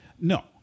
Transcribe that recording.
no